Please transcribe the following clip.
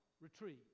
retreat